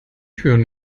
türen